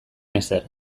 ezer